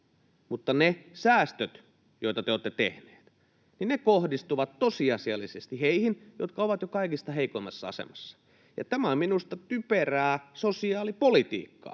mutta ne säästöt, joita te olette tehneet, kohdistuvat tosiasiallisesti heihin, jotka ovat jo kaikista heikoimmassa asemassa. Tämä on minusta typerää sosiaalipolitiikkaa,